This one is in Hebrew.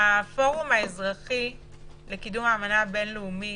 הפורום האזרחי לקידום האמנה הבין-לאומית,